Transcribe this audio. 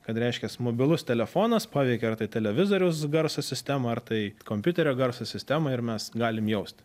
kad reiškias mobilus telefonas paveikė ar tai televizoriaus garso sistemą ar tai kompiuterio garso sistemą ir mes galim jausti